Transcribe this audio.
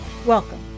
Welcome